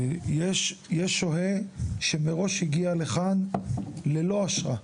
יש שוהה שמראש הגיע לכאן ללא אשרה.